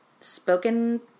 Spoken